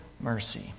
mercy